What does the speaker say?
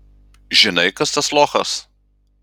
žinai kas tas lochas